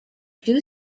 two